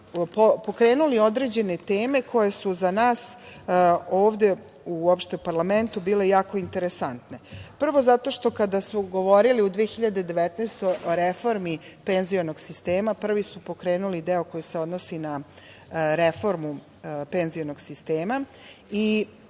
Pokrenuli su određene teme koje su za nas ovde u parlamentu bile jako interesantne. Prvo zato što kada su govorili u 2019. godini o reformi penzionog sistema prvi su pokrenuli deo koji se odnosi na reformu penzionog sistema i